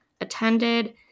attended